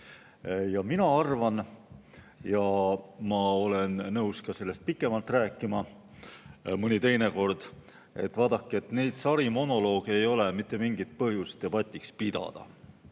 Mina arvan – ja ma olen nõus ka sellest pikemalt rääkima mõni teine kord –, et neid sarimonolooge ei ole mitte mingit põhjust debatiks pidada.